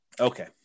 Okay